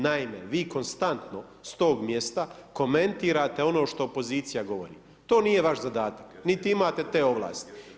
Naime, vi konstantno s tog mjesta komentirate ono što opozicija govori, to nije vaš zadatak, niti imate te ovlasti.